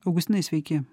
augustinai sveiki